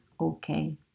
okay